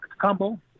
combo